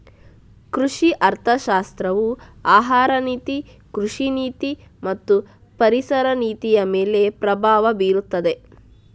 ಕೃಷಿ ಅರ್ಥಶಾಸ್ತ್ರವು ಆಹಾರ ನೀತಿ, ಕೃಷಿ ನೀತಿ ಮತ್ತು ಪರಿಸರ ನೀತಿಯಮೇಲೆ ಪ್ರಭಾವ ಬೀರುತ್ತದೆ